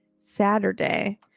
Saturday